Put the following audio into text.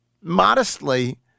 modestly